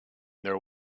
there